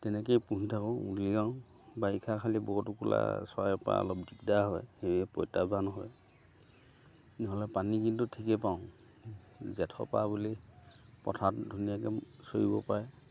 তেনেকৈয়ে পুহি থাকোঁ উলিয়াওঁ বাৰিষা খালি বৰটোকোলা চৰাইৰপৰা অলপ দিগদাৰ হয় সেয়ে প্ৰত্যাহ্বান হয় নহ'লে পানী কিন্তু ঠিকেই পাওঁ জেঠৰপৰা বুলি পথাৰত ধুনীয়াকৈ চৰিব পাৰে